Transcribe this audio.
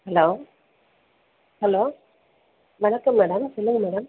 hello hello வணக்கம் madam சொல்லுங்கள் madam